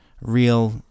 real